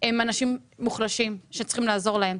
הם אנשים מוחלשים שצריך לעזור להם,